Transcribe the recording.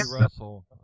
Russell